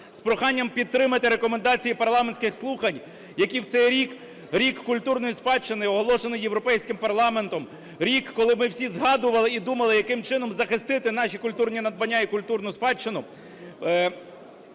з проханням підтримати рекомендації парламентських слухань, які в цей рік - рік культурної спадщини, оголошений Європейським парламентом, рік, коли ми всі згадували і думали, яким чином нам захистити наші культурні надбання і культурну спадщину,